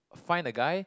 find the guy